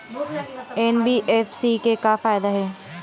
NBFC से का फ़ायदा हे?